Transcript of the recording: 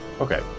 Okay